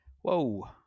Whoa